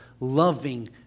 loving